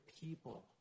people